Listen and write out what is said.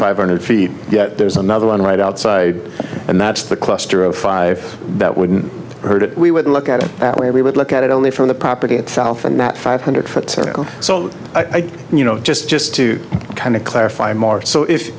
five hundred feet yet there's another one right outside and that's the cluster of five that wouldn't hurt it we would look at it that way we would look at it only from the property itself and that five hundred foot so i think you know just just to kind of clarify more so if